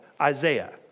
Isaiah